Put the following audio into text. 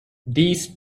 these